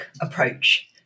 approach